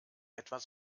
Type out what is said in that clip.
etwas